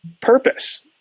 Purpose